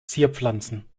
zierpflanzen